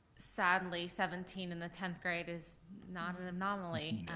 sadly, seventeen in the tenth grade is not an anomaly.